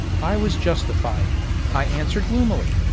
i was justified i answered gloomily.